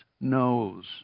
knows